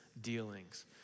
dealings